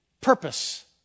purpose